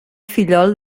fillol